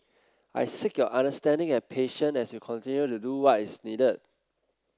I seek your understanding and patience as we continue to do what is needed